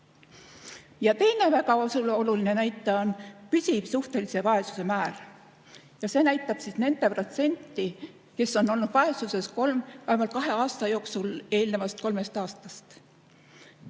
Teine väga oluline näitaja on püsiv suhtelise vaesuse määr. See näitab nende protsenti, kes on olnud vaesuses vähemalt kahe aasta jooksul eelnevast kolmest aastast.